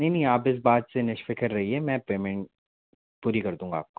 नहीं नहीं आप इस बात से निष्फ़िक्र रहिए मैं पेमेंट पूरी कर दूँगा आपको